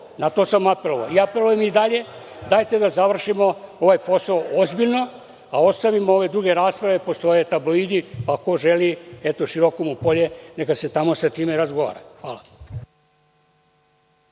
Na to sam apelovao. Apelujem i dalje, dajte da završimo taj posao ozbiljno, da ostavimo ove druge rasprave. Postoje tabloidi pa ko želi široko mu polje, neka se tamo sa time razgovara. Hvala.